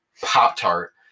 Pop-Tart